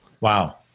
Wow